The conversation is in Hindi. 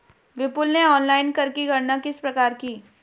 विपुल ने ऑनलाइन कर की गणना किस प्रकार की?